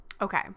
Okay